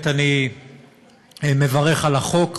אני מברך על החוק.